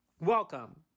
Welcome